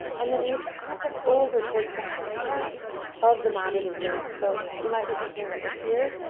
and then reach up and over towards the front of the mat or the room. so you might be thinking that we're here,